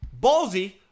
Ballsy